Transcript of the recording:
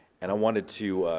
and i wanted to,